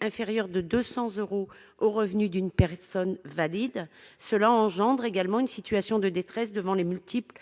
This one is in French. inférieur de 200 euros à celui d'une personne valide ? Cela engendre également une situation de détresse devant les multiples